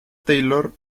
taylor